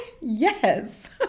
yes